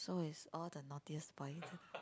so is all the naughtiest boy